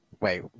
Wait